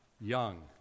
young